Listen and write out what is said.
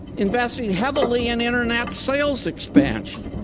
investing heavily in internet sales expansion.